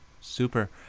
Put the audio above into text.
Super